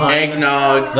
eggnog